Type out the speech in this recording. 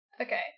Okay